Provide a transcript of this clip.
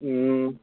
ꯎꯝ